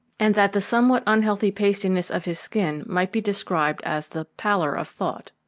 and that the somewhat unhealthy pastiness of his skin might be described as the pallor of thought.